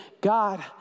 God